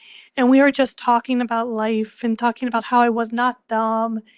and we were just talking about life and talking about how i was not dumb,